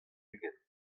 ugent